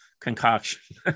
Concoction